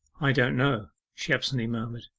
i don't know she absently murmured.